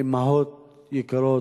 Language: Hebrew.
אמהות יקרות,